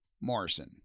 Morrison